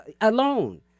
alone